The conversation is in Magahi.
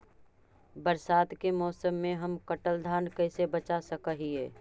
बरसात के मौसम में हम कटल धान कैसे बचा सक हिय?